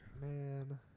Man